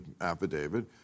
affidavit